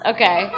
Okay